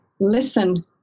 listen